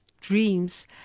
dreams